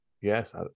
Yes